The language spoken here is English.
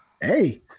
Hey